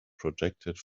projected